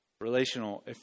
relational